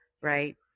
right